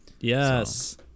Yes